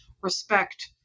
respect